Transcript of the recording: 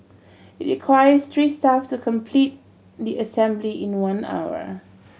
it requires three staff to complete the assembly in one hour